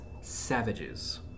savages